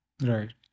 right